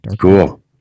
Cool